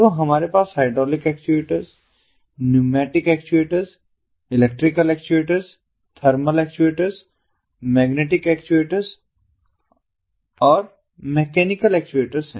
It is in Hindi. तो हमारे पास hydraulic actuators pneumatic actuators electrical actuators thermal actuators magnetic actuators और मैकेनिकल एक्चुएटर्स हैं